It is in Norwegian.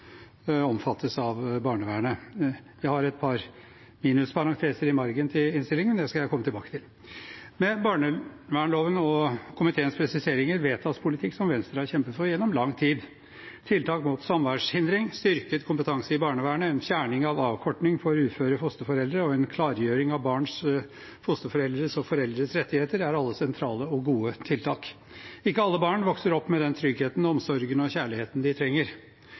omfattes av barnevernet. Jeg har et par minusparenteser i margen til innstillingen, men det skal jeg komme tilbake til. Med barnevernsloven og komiteens presiseringer vedtas politikk som Venstre har kjempet for gjennom lang tid. Tiltak mot samværshindring, styrket kompetanse i barnevernet, fjerning av avkorting for uføre fosterforeldre og en klargjøring av barns, fosterforeldres og foreldres rettigheter er alle sentrale og gode tiltak. Ikke alle barn vokser opp med den tryggheten, omsorgen og kjærligheten de trenger.